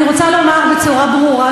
אני רוצה לומר בצורה ברורה,